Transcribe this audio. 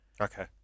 Okay